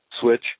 switch